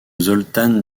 zoltán